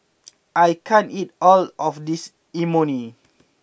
I can't eat all of this Imoni